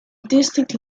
distinct